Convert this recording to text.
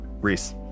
Reese